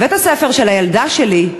בבית-הספר של הילדה שלי,